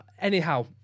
anyhow